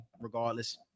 regardless